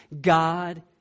God